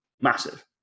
massive